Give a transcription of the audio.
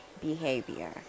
behavior